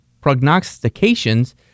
prognostications